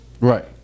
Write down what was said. Right